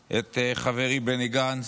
את חברי בני גנץ,